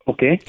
Okay